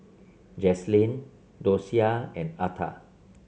Jaslyn Dosia and Arta